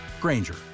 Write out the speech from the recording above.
Granger